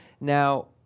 Now